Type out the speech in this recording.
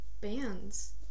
bands